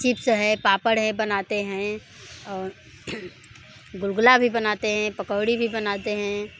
chips है पापड़ है बनाते हैं और गुलगुला भी बनाते हैं पकौड़ी भी बनाते हैं